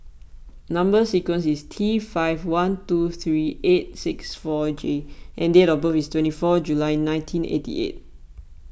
Number Sequence is T five one two three eight six four J and date of birth is twenty four July nineteen eighty eight